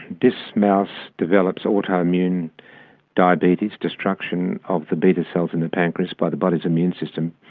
this mouse develops autoimmune diabetes, destruction of the beta cells in the pancreas by the body's immune system,